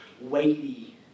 weighty